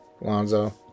Lonzo